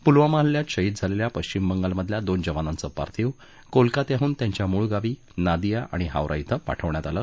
पुलवामा हल्ल्यात शहीद झालेल्या पश्चिम बंगालमधल्या दोन जवानांचं पार्थिव कोलकात्याहून त्यांच्या मूळ गावी नादीया आणि हावरा श्वि पाठवण्यात आलं